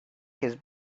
his